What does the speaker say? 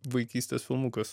vaikystės filmukas